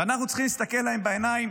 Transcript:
ואנחנו צריכים להסתכל להם בעיניים,